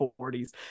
40s